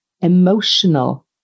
emotional